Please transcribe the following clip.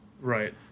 Right